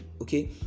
okay